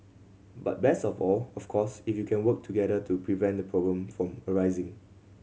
but best of all of course if you can work together to prevent the problem from arising